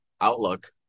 outlook